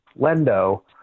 Lendo